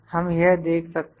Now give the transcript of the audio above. हम यह देख सकते हैं